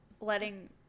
letting